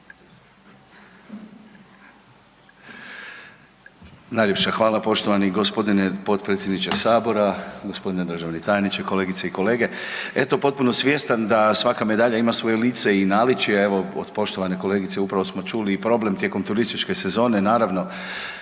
Najljepša hvala poštovani g. potpredsjedniče Sabora, g. državni tajniče, kolegice i kolege. Eto potpuno svjestan da svaka medalja ima svoje lice i naličje, evo od poštovane kolegice upravo smo čuli i problem tijekom turističke sezone, naravno,